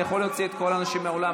אני יכול להוציא את כל האנשים מהאולם,